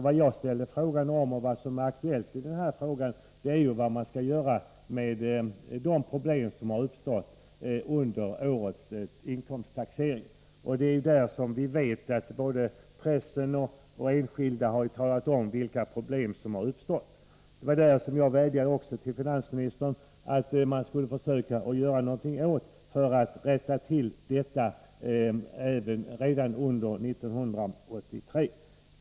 Vad jag interpellerat om och vad som är aktuellt i det här fallet är vad man skall kunna göra med de problem som uppstår i fråga om bilavdrag vid inkomsttaxering. Som vi vet har både pressen tagit upp och enskilda talat om vilka problem som uppstått. Därför vädjade jag till finansministern, att man skulle försöka göra någonting för att rätta till detta redan under 1983.